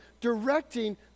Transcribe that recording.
directing